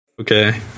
Okay